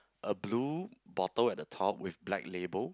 a blue bottle at the top with black label